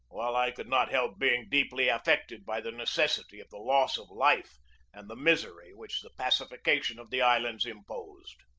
while i could not help being deeply affected by the necessity of the loss of life and the misery which the pacification of the islands imposed.